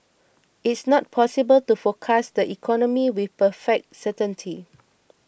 it's not possible to forecast the economy with perfect certainty